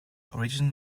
origin